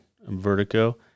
vertigo